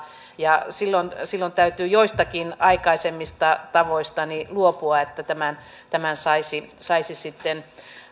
ja silloin silloin täytyy joistakin aikaisemmista tavoista luopua että saisi saisi sitten